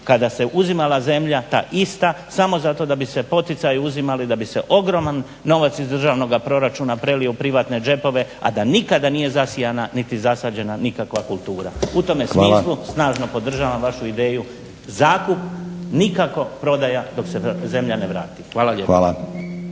kada se uzimala zemlja ta ista samo zato da bi se poticaji uzimali da bi se ogroman novac iz državnog proračuna prelio u privatne džepove, a da nikada nije zasijana niti zasađena nikakva kultura. U tome smislu snažno podržavam vašu ideju, zakup nikako, prodaja dok se zemlja ne vrati. Hvala lijepo.